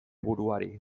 buruari